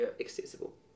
accessible